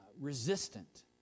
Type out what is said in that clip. resistant